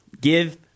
Give